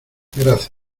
gracias